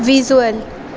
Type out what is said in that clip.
visual